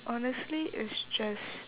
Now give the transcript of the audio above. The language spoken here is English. honestly it's just